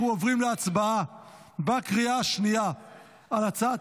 אנחנו עוברים להצבעה בקריאה השנייה על הצעת